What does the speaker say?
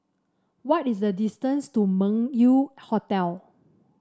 what is the distance to Meng Yew Hotel